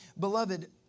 Beloved